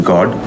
God